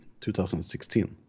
2016